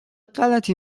غلطی